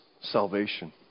salvation